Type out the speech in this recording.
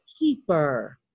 keeper